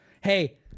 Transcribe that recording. Hey